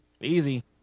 Easy